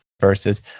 Versus